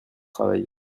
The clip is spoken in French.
travail